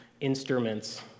instruments